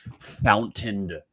Fountained